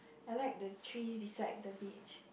I like the tree beside the beach